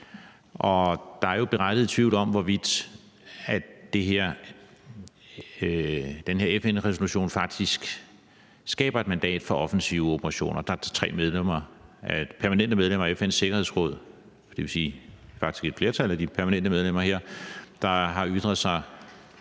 Der er berettiget tvivl om, hvorvidt den her FN-resolution faktisk skaber et mandat for offensive operationer. Der er tre permanente medlemmer af FN's Sikkerhedsråd – dvs. faktisk et flertal af de permanente medlemmer – der har ytret sig